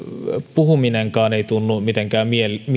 puhuminenkaan ei tunnu mitenkään